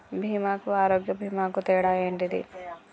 బీమా కు ఆరోగ్య బీమా కు తేడా ఏంటిది?